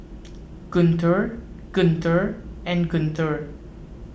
Guntur Guntur and Guntur